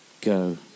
go